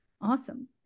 awesome